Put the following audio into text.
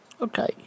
Okay